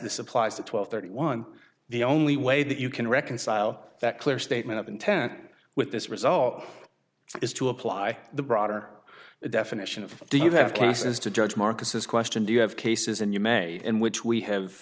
this applies to twelve thirty one the only way that you can reconcile that clear statement of intent with this result is to apply the broader definition of do you have cases to judge marcus is question do you have cases and you may in which we have